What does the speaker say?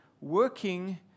Working